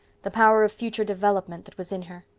the power of future development that was in her.